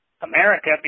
America